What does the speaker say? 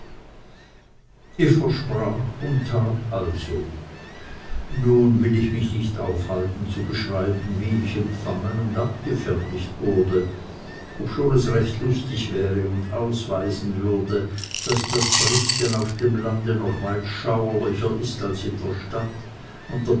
ich versprach und tat also nun will ich mich nicht aufhalten zu beschreiben wie ich empfangen und abgefertigt wurde obschon es recht lustig wäre anzuhören und ausweisen würde daß das brichten auf dem lande noch weit schauerlicher ist als in der stadt und